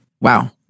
Wow